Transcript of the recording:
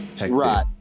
Right